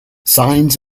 signs